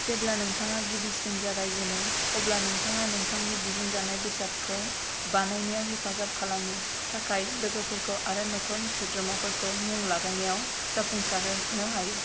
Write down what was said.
जेब्ला नोंथाङा गिबिसिन जागायजेनो अब्ला नोंथाङा नोंथांनि दिहुनजानाय बेसादखौ बानायनायाव हेफाजाब खालामनो थाखाय लोगोफोरखौ आरो नख'रनि सोद्रोमाफोरखौ मुं लागायनायाव जाफुंसारनो हागौ